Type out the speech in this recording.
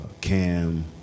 Cam